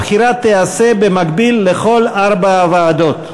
הבחירה תיעשה במקביל לכל ארבע הוועדות.